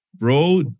Bro